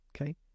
okay